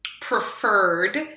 preferred